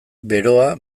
beroa